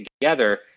together